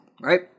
right